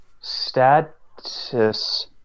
Status